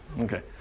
okay